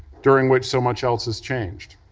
during which so much else has changed,